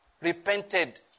repented